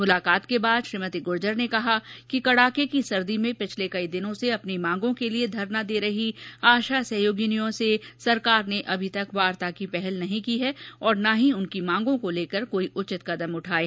मुलाकात के बाद श्रीमती गुर्जर ने कहा कि कड़ाके की सर्दी में पिछले कई दिनों से अपनी मांगों के लिए धरना दे रही आशा सहयोगिनी से सरकार ने अभी तक वार्ता की पहल नही की और ना ही उनकी मांगो को लेकर कोई उचित कदम उठाए हैं